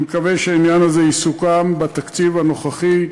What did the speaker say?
אני מקווה שהדבר הזה יסוכם בתקציב הנוכחי,